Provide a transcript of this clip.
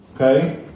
Okay